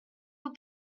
vous